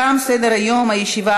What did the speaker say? תם סדר-היום.